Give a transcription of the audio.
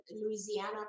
Louisiana